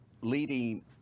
leading